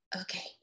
okay